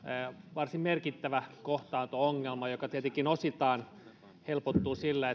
varsin merkittävä kohtaanto ongelma joka tietenkin osittain helpottuu sillä